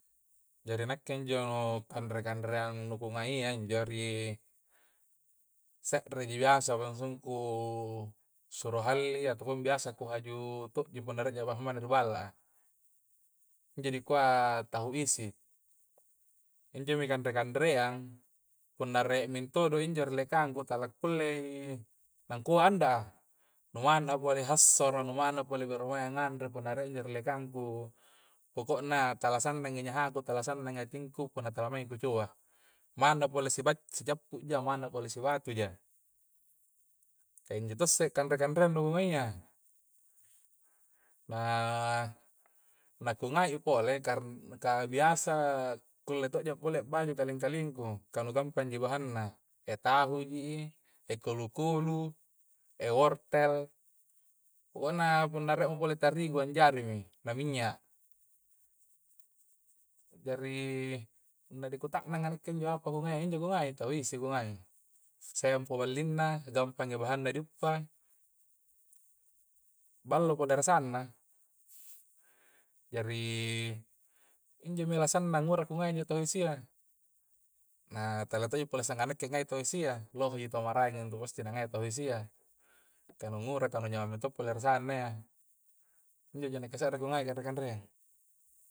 Jari nakke injo kanre-kanreang nu ngukungai yya injo ri se're ji biasa bahungku suro halli ataupun biasa ku haju to'ji punna rie jama haba'na ri balla a. injo di kua tahu isi, injomi kanre-kanreang punna rie mintodo injo ri dallekang tala kullei anda'a, nuaunu pole hassoro nu manna pale pole gohoroeya na nganre punna rie ji dallekangku poko' na talasannangi nyahaku tala sannnagi hatingku punna tala maeng ku coba manna palo siba'ci sija'pu ja manna pole sibatuja kah injo to isse kanre-kanreang ngungaiya na na ngungai pole karna lah biasa kulle to'jo pole a'baju kaleng-kaleng ku kah nu gampangji bahangna. e tahu ji, e kolu-kolu, e wortel e poko na punna rie mo pole tarigu angjarimi na minya' jari punna di kuta'nang nakke injo apa ku ngai injo ngungai tahu isi ngungai. sempo hallingna, gampangi bahanna diguppa ballo punna rasanna jari injomi alasanna nguraku ngai tahu isia, loheji tau maraeng intu pasti na ngai tahu is yya, kah nu ngurai, nu kanyamangan to pole rasana yya. injo ji nakke se're ku ngai kanre-kanre a